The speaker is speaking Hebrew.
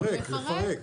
יפרק, יפרק.